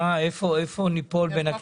איפה ניפול בין הכיסאות?